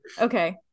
Okay